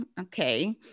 okay